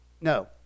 No